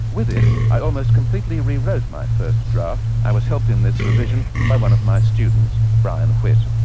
with it i almost completely rewrote my first draft. i was helped in this revision by one of my students, brian whitt.